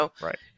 Right